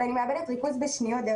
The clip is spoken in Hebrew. אבל בזום אני מאבדת ריכוז בשניות.